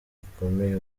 rikomeye